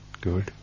good